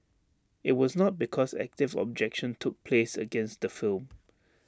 IT was not because active objection took place against the film